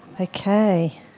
Okay